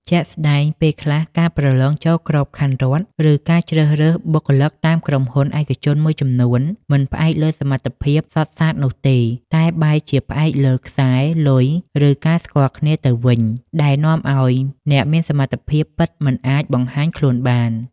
ជាក់ស្ដែង ពេលខ្លះ ការប្រឡងចូលក្របខ័ណ្ឌរដ្ឋ ឬការជ្រើសរើសបុគ្គលិកតាមក្រុមហ៊ុនឯកជនមួយចំនួន មិនផ្អែកលើសមត្ថភាពសុទ្ធសាធនោះទេ តែបែរជាផ្អែកលើ «ខ្សែ» «លុយ» ឬ «ការស្គាល់គ្នា» ទៅវិញ ដែលនាំឲ្យអ្នកមានសមត្ថភាពពិតមិនអាចបង្ហាញខ្លួនបាន។